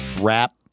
rap